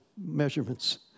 measurements